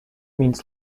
means